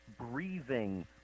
breathing